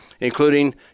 including